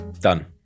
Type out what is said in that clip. Done